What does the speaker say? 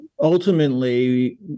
ultimately